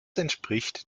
entspricht